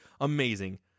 Amazing